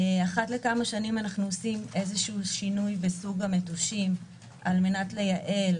אחת לכמה שנים אנחנו עושים איזשהו שינוי בסוג המטושים על מנת לייעל.